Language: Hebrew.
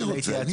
אני רוצה.